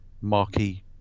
marquee